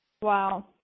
Wow